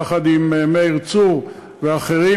יחד עם מאיר צור ואחרים.